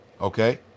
Okay